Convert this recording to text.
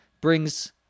brings